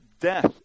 death